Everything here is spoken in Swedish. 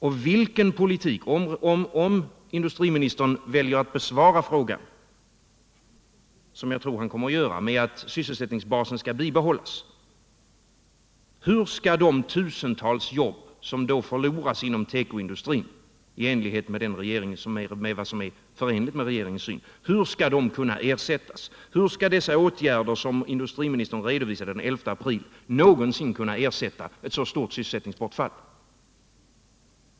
Och om industriministern väljer att besvara frågan, som jag tror att han kommer att göra, med att sysselsättningsbasen skall bibehållas, hur skall de tusentals jobb som då förloras inom tekoindustrin, i enlighet med vad som är förenligt med regeringens syn, kunna ersättas? Hur skall dessa åtgärder, som industriministern redovisade den 11 april, någonsin kunna ersätta ett så stort sysselsättningsbortfall?